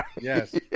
yes